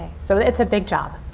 so it's a big job.